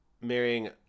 marrying